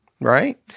Right